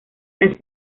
las